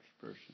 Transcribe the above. person